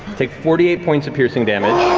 take forty eight points of piercing damage.